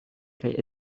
kaj